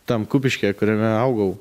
tam kupiškyje kuriame augau